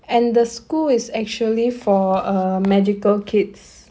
and the school is actually for err magical kids